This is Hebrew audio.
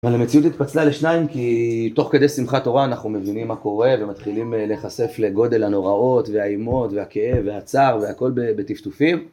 אבל המציאות התפצלה לשניים כי תוך כדי שמחת הורה אנחנו מבינים מה קורה ומתחילים להיחשף לגודל הנוראות והאימות והכאב והצער והכל בטפטופים.